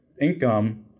income